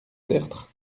tertre